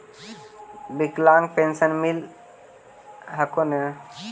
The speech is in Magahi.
विकलांग पेन्शन मिल हको ने?